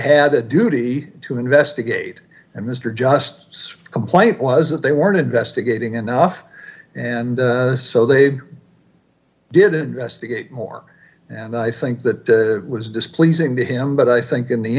had a duty to investigate and mr just complaint was that they weren't investigating enough and so they did investigate more and i think that d was displeasing to him but i think in the